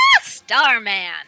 Starman